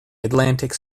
atlantic